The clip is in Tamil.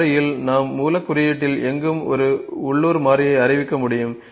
மாறியில் நாம் மூலக் குறியீட்டில் எங்கும் ஒரு உள்ளூர் மாறியை அறிவிக்க முடியும்